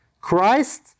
Christ